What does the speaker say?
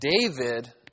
David